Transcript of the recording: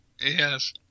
Yes